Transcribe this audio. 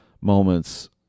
moments